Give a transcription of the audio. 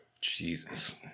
Jesus